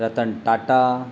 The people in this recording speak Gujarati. રતન ટાટા